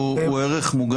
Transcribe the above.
אולי הפוך, יותר נמוך.